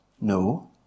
No